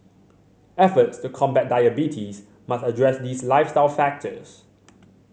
efforts to combat diabetes must address these lifestyle factors